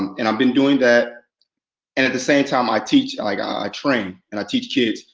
and i've been doing that and at the same time i teach, like i train and i teach kids.